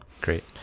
Great